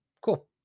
Cool